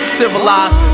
civilized